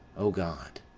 o god,